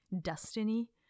destiny